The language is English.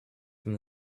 from